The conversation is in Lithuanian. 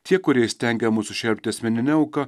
tie kurie įstengia mus sušelpti asmenine auka